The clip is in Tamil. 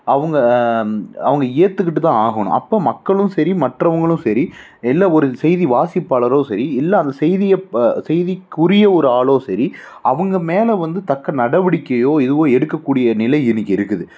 அவங்க அவங்க ஏற்றுக்கிட்டு தான் ஆகணும் அப்போ மக்களும் சரி மற்றவங்களும் சரி இல்லை ஒரு செய்தி வாசிப்பாளரோ சரி இல்லை அந்த செய்தியை செய்திக்குரிய ஒரு ஆளோ சரி அவங்க மேலே வந்து தக்க நடவடிக்கையோ எதுவோ எடுக்கக்கூடிய நிலை இன்றைக்கி இருக்குது